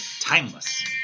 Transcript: timeless